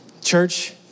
Church